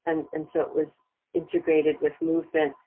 and and so it was integrated with movement,